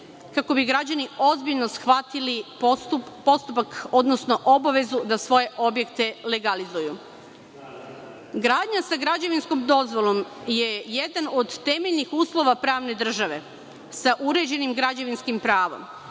kako bi građani ozbiljno shvatili postupak, odnosno obavezu da svoje objekte legalizuju. Gradnja sa građevinskom dozvolom je jedan od temeljnih uslova pravne države sa uređenim građevinskim pravom,